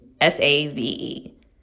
S-A-V-E